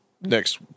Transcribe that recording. next